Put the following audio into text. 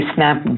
Snap